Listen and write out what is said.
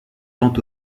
tant